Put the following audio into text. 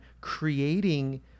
creating